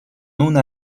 una